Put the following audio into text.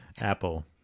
Apple